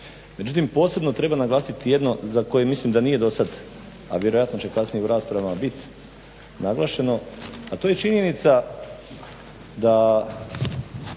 Međutim, posebno treba naglasiti jedno za koje mislim da nije dosad, a vjerojatnije će kasnije u raspravama biti naglašeno, a to je činjenica da